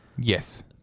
Yes